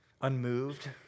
unmoved